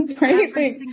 right